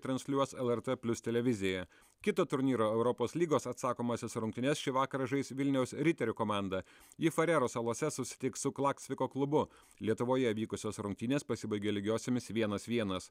transliuos lrt plius televizija kito turnyro europos lygos atsakomąsias rungtynes šį vakarą žais vilniaus riterių komanda ji farero salose susitiks su klaksviko klubu lietuvoje vykusios rungtynės pasibaigė lygiosiomis vienas vienas